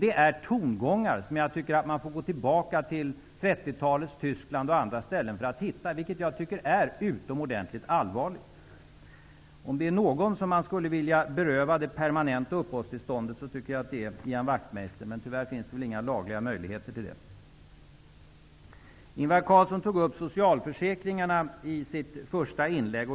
Det är tongångar som jag tycker att man får gå tillbaka till 30-talets Tyskland och andra ställen för att hitta, vilket jag tycker är utomordentligt allvarligt. Om det är någon som man skulle vilja beröva det permanenta uppehållstillståndet, så tycker jag att det är Ian Wachtmeister. Men tyvärr finns det väl inga lagliga möjligheter till det. Ingvar Carlsson tog upp socialförsäkringarna i sitt första inlägg.